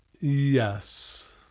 Yes